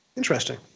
Interesting